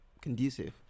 conducive